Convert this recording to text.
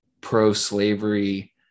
pro-slavery